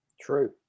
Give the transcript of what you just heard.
True